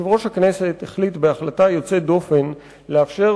יושב-ראש הכנסת החליט בהחלטה יוצאת דופן לאפשר